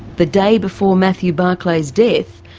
the day before matthew barclay's death,